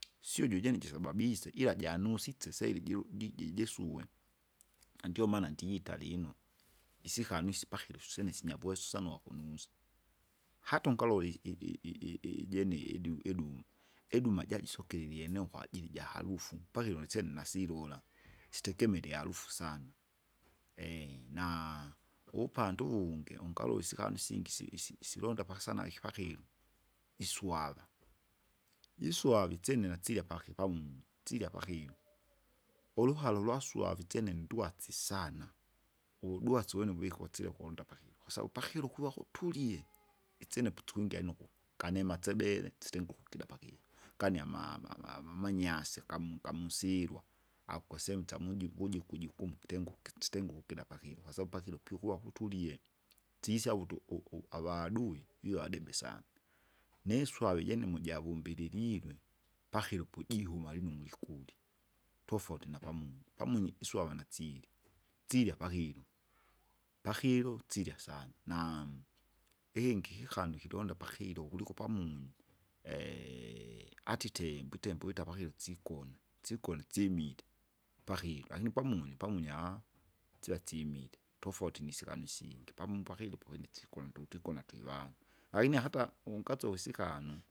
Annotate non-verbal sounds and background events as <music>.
siuju jene jisababisa ila janusitse saili jilu ji- jisue, na ndomaana nditalino, isikanu isyo pakilo susyene sinyavuweso sana uwakunusa. Hata ungalowe i- i- i- i- ijene idiu- idumu, iduma jajisokire ilieneo kwajili jaharufu, pakilo nisyene sasilila, sitegemere iarufu sana, <hesitation> naa- uvupande uvungi, ungalusika nusingi isi- isi- isi- isilonda pakisana naiki pakilo, iswala, jiswala isyene nasirya paki pamunyi, silya pakilo, uluhala ulwaswavi isyene ndwasi sana, uvudwasi uvyene vikosile ukunda pakilo, kwasabu pakilo ukuva kutulie isyene posikwingira lino ku- kane matsebele sitengu ukukida pakilo, gani ama- ama- amanyasi gamu- gamusilwa, ako sehemu tsamuju vuju kujukumu kitengu ukichitengu ukukila pakilo, kwsabu pakilo piukuwa kutulie, tsisyau utu- u- u- avadui vivadebe sana. Niswave ijene mujavumbilililwe, pakilo pujihuma lino mwikuli, tofauti napamunyi, pamunyi iswava nasirye, sirya pakilo, pakilo sirya sana, naamu ikingi kikanu kilonda pakilo kuliko kuliko pamunyi <hesitation> atitembo itembo iwita pakilo sigonu, sigonu simile, pakilo lakini pamunyi, pamunyi, <hesitation> siva simile, tofauti nisikani isingi pamu pakijo pakijo jikonduke une atwivangu, lakini hata ungasusikanu.